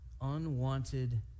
unwanted